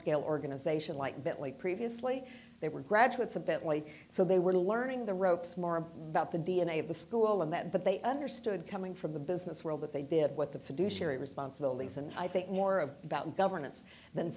scale organization like bentley previously they were graduates of bentley so they were learning the ropes more about the d n a of the school than that but they understood coming from the business world that they did with the fiduciary responsibilities and i think more of about governance than